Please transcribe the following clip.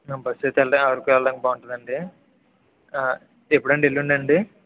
bus అయితే వెళ్ళడాని అరకు వెళ్ళడానికి బావుంటదాండి ఎప్పుడండి ఎల్లుండండి